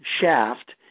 shaft